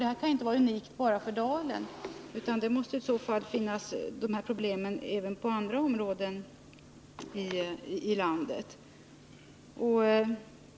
Det här kan ju inte vara unikt för Dalen, utan problemet måste finnas även på andra håll i landet.